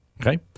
Okay